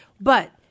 But-